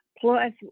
Plus